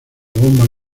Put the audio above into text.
bomba